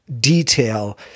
detail